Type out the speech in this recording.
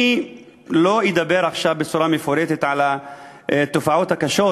אני לא אדבר עכשיו בצורה מפורטת על התופעות הקשות,